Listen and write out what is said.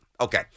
Okay